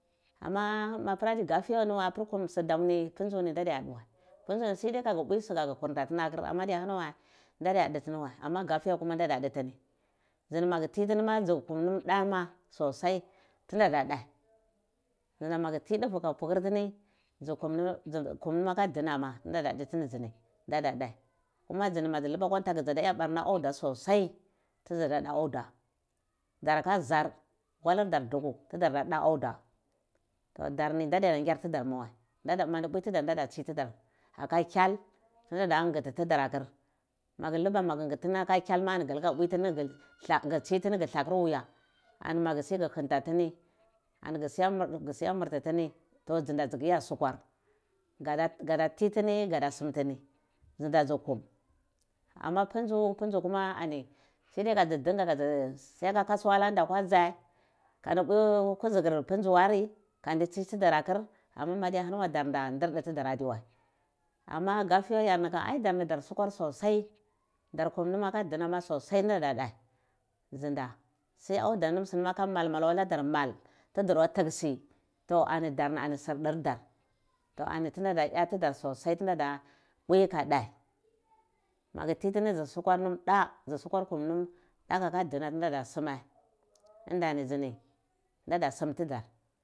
Ama maiya gafiyani apir sudamu pundzuni n dadiya du wai pundza ni sai dai kaga siyakasu kagir kurnta tini mahani wai ndadiya ndi tini wal ama gafiya kuma nda da ti ni dzi ni ma gu ti tini madzu kum nam da ma sosai tini adada dzini magu tiduve aga putur tini dzi kum nam aka dina dza dza dudu tini ma dzini dazu dhe kuma mudluba akwan taku dza da du auda ma sardi tu dzada du auda daraka zar walir dar duku tidar da du auda to darni na diya nyar tidar mawe mandi pwi didar ndai tsididar maweh aka nkial dindar gididar akur magu luba ghu ngiti tini aka kyel gungiti tini ghudha kur anai wuya ani magu si gu hunta tini gusiya mirti tini toh dzinda dzu kuya sukuar gada ntiti gada sumntini nat nzi nda nzu kum ama pundzu kuma dzu sunda see aka kasuwa laka aldadne kandi pwi kudzigur pundu ari kandhi tsi tudar akiri ama ma hani dar nda dir du didar ahani adiwai ama gajiya yarni ai dar sukwa sosar dor kum nam aka anha ma sosai ai nda nda dhe sai auda nam aka sunam a ladar mal dora tuksi ana darni dar suk dar dar ko ani tina ya didar sosai tuna pwika dhe magi ti tni dzi sukar nama dzu sukar nam aka ndina tinada suma ndani dzini ndada sum tudar.